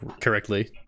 correctly